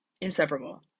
inseparable